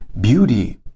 Beauty